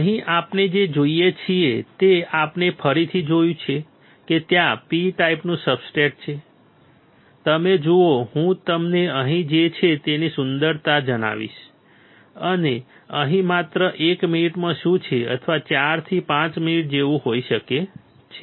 અહીં આપણે જે જોઈએ છીએ તે આપણે ફરીથી જોયું કે ત્યાં P ટાઈપનું સબસ્ટ્રેટ છે તમે જુઓ હું તમને અહીં જે છે તેની સુંદરતા જણાવીશ અને અહીં માત્ર એક મિનિટમાં શું છે અથવા 4 થી 5 મિનિટ જેવું હોઈ શકે છે